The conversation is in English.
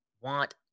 want